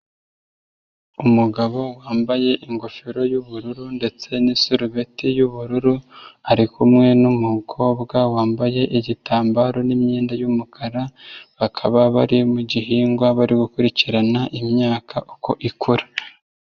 Umugabo wambaye ingofero y'ubururu ndetse n'isarubeti y'ubururu arikumwe n'umukobwa wambaye igitambaro n' imyenda y'umukara bakaba bari mu gihingwa bari gukurikirana imyaka uko ikora.